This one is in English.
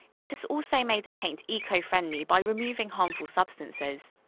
it has also made the paste eco-friendly by removing harmful substances.